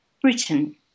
Britain